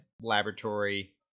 laboratory